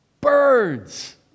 birds